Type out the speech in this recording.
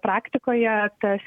praktikoje tas